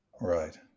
Right